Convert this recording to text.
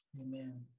Amen